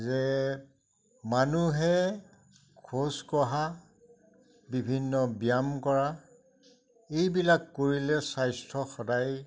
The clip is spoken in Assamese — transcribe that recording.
যে মানুহে খোজকঢ়া বিভিন্ন ব্যায়াম কৰা এইবিলাক কৰিলে স্বাস্থ্য সদায়